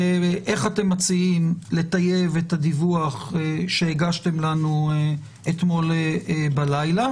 ואיך אתם מציעים לטייב את הדיווח שהגשתם לנו אתמול בלילה,